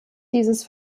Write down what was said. dieses